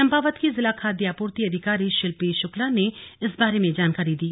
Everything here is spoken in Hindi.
चंपावत की जिला खाद्य आपूर्ति अधिकारी शिल्पी शुक्ला ने इस बारे में जानकारी दी